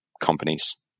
companies